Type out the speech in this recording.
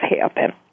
happen